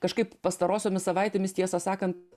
kažkaip pastarosiomis savaitėmis tiesą sakant